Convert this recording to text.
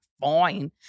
fine